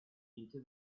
into